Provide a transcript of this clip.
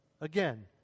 Again